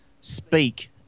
speak